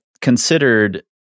considered